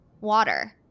water